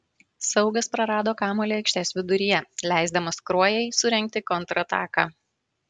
saugas prarado kamuolį aikštės viduryje leisdamas kruojai surengti kontrataką